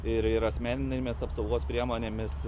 ir ir asmeninėmis apsaugos priemonėmis